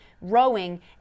rowing